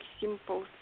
simple